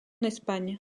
espagne